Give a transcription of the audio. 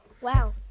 Wow